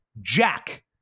jack